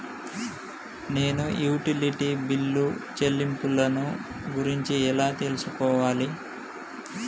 నేను utility bill చెల్లింపులను గురించి ఎలా తెలుసుకోవాలి?